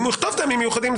אם הוא יכתוב טעמים מיוחדים,